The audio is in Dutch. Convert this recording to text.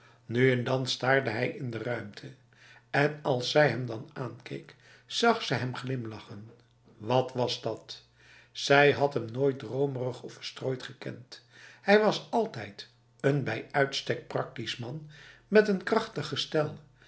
nu en dan staarde hij in de ruimte en als zij hem dan aankeek zag ze hem glimlachen wat was dat zij had hem nooit dromerig of verstrooid gekend hij was altijd een bij uitstek praktisch man met een krachtig gestel